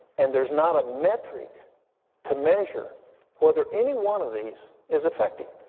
and there's not a metric to measure whether any one of these is effective.